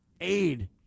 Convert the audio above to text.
aid